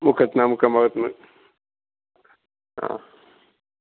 മുക്കത്ത്ന്ന് അ മുക്കം ഭാഗത്തുന്ന് ആ